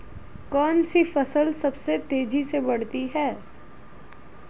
कौनसी फसल सबसे तेज़ी से बढ़ती है?